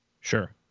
Sure